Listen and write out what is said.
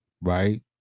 right